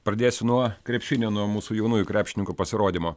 pradėsiu nuo krepšinio nuo mūsų jaunųjų krepšininkų pasirodymo